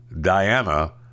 Diana